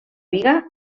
biga